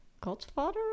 Godfather